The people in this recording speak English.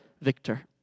Victor